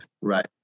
right